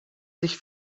sich